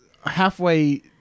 halfway